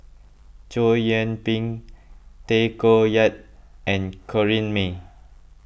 Chow Yian Ping Tay Koh Yat and Corrinne May